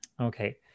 Okay